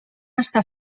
està